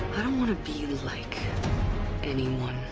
want to be like anyone.